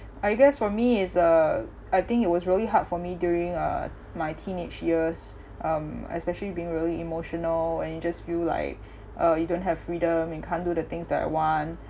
I guess for me is uh I think it was really hard for me during uh my teenage years um especially being really emotional and you just feel like uh you don't have freedom you can't do the things that I want